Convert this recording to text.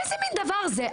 איזה מן דבר זה?